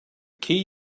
key